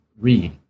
read